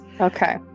Okay